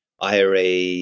IRA